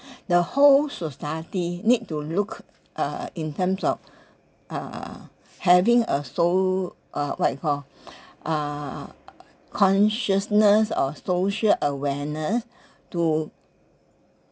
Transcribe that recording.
the whole society need to look uh in terms of uh having a so uh what you call uh consciousness or social awareness to